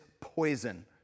poison